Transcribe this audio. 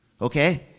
Okay